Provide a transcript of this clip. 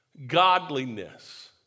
godliness